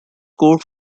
score